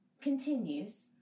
continues